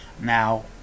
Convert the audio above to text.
Now